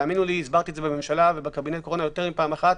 הסברתי את זה בממשלה ובקבינט הקורונה יותר מפעם אחת,